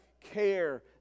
care